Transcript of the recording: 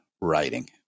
writing